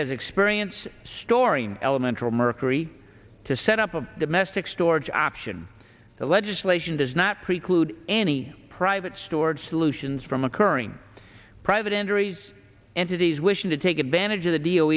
has experience storing elemental mercury to set up a domestic storage option the legislation does not preclude any private storage solutions from occurring private injuries entities wishing to take advantage of the deal